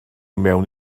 mewn